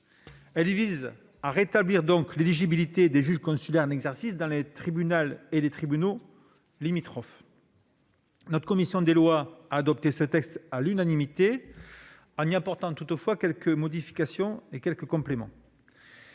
laquelle vise à rétablir l'éligibilité des juges consulaires en exercice dans le tribunal et les tribunaux limitrophes. Notre commission des lois a adopté ce texte à l'unanimité, en y apportant toutefois quelques modifications et quelques compléments.